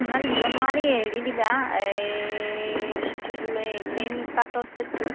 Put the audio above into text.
সিমান দিব নোৱাৰি হেৰি দিবা এই কি বোলে মেইন পাটৰ চেটটোত